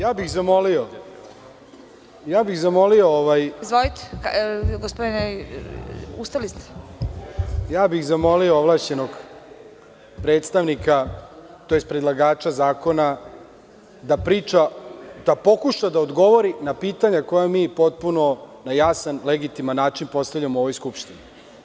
Ja bih zamolio ovlašćenog predstavnika, tj. predlagača zakona da priča, da pokuša da odgovori na pitanja koja mi potpuno na jasan, legitiman način postavljamo u ovoj Skupštini.